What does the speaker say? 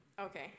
Okay